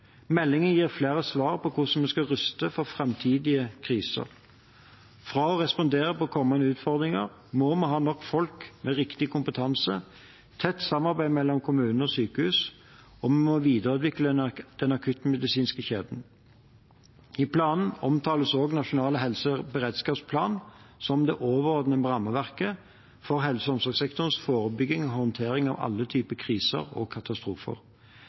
Meldingen gir flere svar på hvordan vi skal ruste oss for framtidige kriser. For å respondere på kommende utfordringer må vi ha nok folk med riktig kompetanse, tett samarbeid mellom kommuner og sykehus, og vi må videreutvikle den akuttmedisinske kjeden. I planen omtales også nasjonal helse- og beredskapsplan som det overordnede rammeverket for helse- og omsorgssektorens forebygging og håndtering av alle typer kriser og katastrofer.